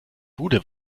bude